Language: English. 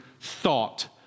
thought